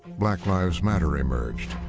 black lives matter emerged